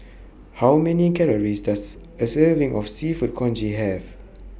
How Many Calories Does A Serving of Seafood Congee Have